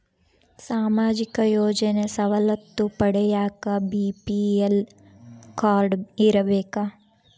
ಸಾಮಾಜಿಕ ಯೋಜನೆ ಸವಲತ್ತು ಪಡಿಯಾಕ ಬಿ.ಪಿ.ಎಲ್ ಕಾಡ್೯ ಇರಬೇಕಾ?